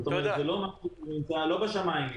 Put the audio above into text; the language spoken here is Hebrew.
אני מקווה שאני לא אקנה לי אויבים ברשימה